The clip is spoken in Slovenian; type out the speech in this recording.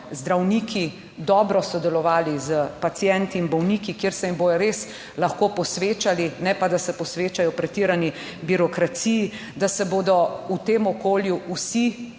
zdravniki dobro sodelovali s pacienti in bolniki, kjer se jim bodo res lahko posvečali. Ne pa da se posvečajo pretirani birokraciji. Da se bodo v tem okolju vsi,